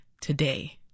today